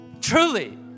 Truly